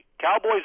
Cowboys